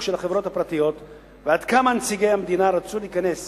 של החברות הפרטיות ועד כמה נציגי המדינה רצו להיכנס